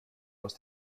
aus